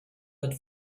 wird